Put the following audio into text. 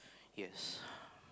yes